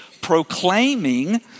proclaiming